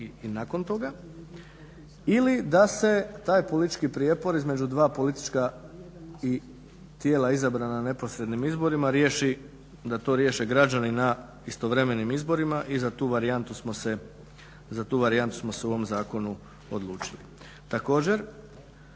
i nakon toga. Ili da se taj politički prijepor između dva politička tijela izabrana na neposrednim izborima riješi, da to riješe građani na istovremenim izborima i za tu varijantu smo se u ovom zakonu odlučili. Također,